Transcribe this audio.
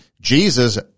Jesus